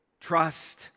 trust